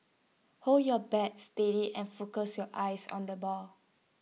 hold your bat steady and focus your eyes on the ball